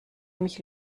mich